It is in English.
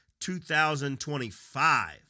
2025